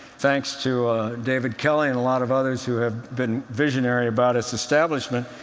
thanks to david kelley and a lot of others who have been visionary about its establishment,